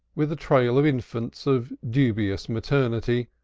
with a trail of infants of dubious maternity,